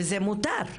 וזה מותר,